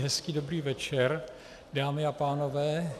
Hezký dobrý večer, dámy a pánové.